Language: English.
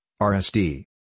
RSD